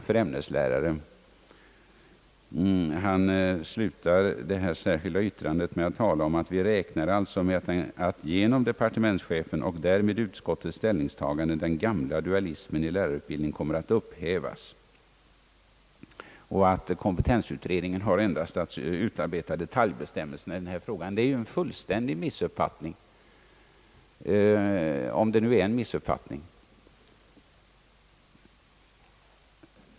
Det sägs i slutet av det särskilda yttrandet: »Vi räknar alltså med att genom departementschefens och därmed utskottets ställningstagande den gamla dualismen i lärarutbildningen kommer att upphävas...» Det heter vidare i yttrandet att kompetensutredningen endast har att »utarbeta detaljbestämmelserna» i denna fråga. Det är en fullständig missuppfattning — om det nu är en missuppfattning.